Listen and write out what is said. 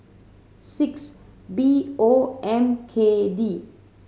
six B O M K D